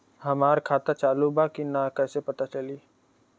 हमार खाता चालू बा कि ना कैसे पता चली?